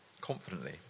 confidently